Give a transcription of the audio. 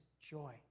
joy